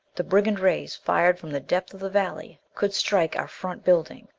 the brigand rays, fired from the depth of the valley, could strike our front building,